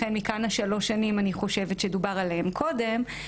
לכן מכאן השלוש שנים שדובר עליהן קודם,